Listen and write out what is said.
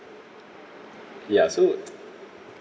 ya so